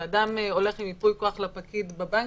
כשאדם הולך עם ייפוי כוח לפקיד בבנק,